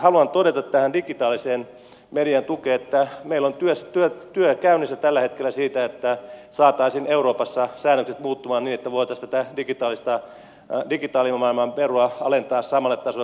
haluan todeta digitaalisen median tukeen että meillä on työ käynnissä tällä hetkellä siitä että saataisiin euroopassa säännökset muuttumaan niin että voitaisiin tätä digitaalimaailman veroa alentaa samalle tasolle kuin printtimedian